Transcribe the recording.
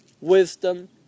wisdom